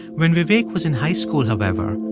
when vivek was in high school, however,